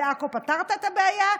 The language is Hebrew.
בעכו פתרת את הבעיה?